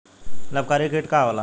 लाभकारी कीट का होला?